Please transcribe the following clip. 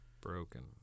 Broken